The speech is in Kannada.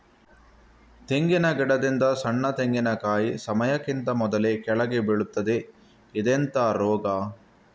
ತೆಂಗಿನ ಗಿಡದಿಂದ ಸಣ್ಣ ತೆಂಗಿನಕಾಯಿ ಸಮಯಕ್ಕಿಂತ ಮೊದಲೇ ಕೆಳಗೆ ಬೀಳುತ್ತದೆ ಇದೆಂತ ರೋಗ?